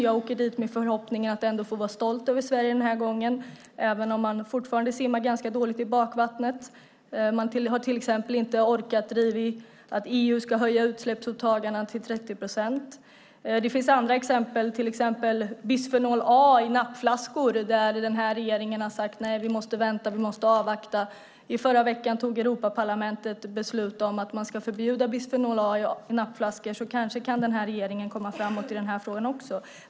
Jag åker dit med förhoppningen att den här gången få vara stolt över Sverige, även om man fortfarande simmar ganska dåligt i bakvattnet. Man har till exempel inte orkat driva att EU ska höja utsläppsåtagandena till 30 procent. Det finns andra exempel. Ett sådant är bisfenol A i nappflaskor. Där har regeringen sagt att vi måste vänta, att vi måste avvakta. I förra veckan fattade Europaparlamentet beslut om att förbjuda bisfenol A i nappflaskor, så kanske kan även regeringen komma framåt i den frågan.